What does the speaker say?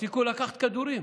הפסיקו לקחת כדורים.